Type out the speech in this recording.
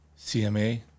CMA